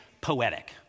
poetic